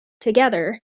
together